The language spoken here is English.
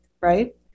right